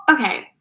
okay